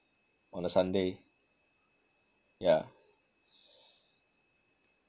on a sunday yah